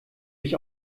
mich